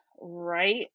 right